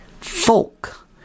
Folk